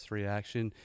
reaction